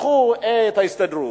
לקחו את ההסתדרות,